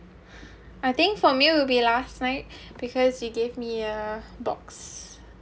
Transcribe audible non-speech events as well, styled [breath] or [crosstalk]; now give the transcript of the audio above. I think for me will be last night [breath] because you gave me a box